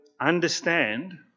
understand